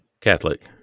Catholic